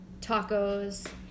tacos